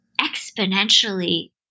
exponentially